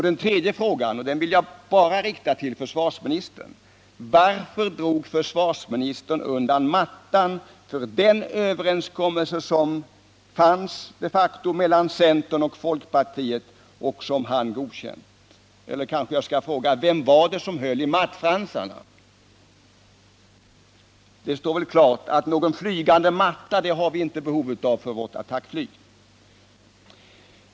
Den tredje frågan riktar jag enbart till försvarsminstern: 3. Varför drog försvarsministern undan mattan för den överenskommelse som de facto fanns mellan centern och folkpartiet, den överenskommelse som han hade godkänt? Eller jag kanske skall fråga: Vem var det som höll i mattfransarna? Det står klart att vi för vårt attackflyg inte har behov av någon flygande matta.